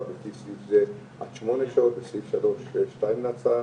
לפי סעיף זה עד שמונה שעות וסעיף 3(2) להצעה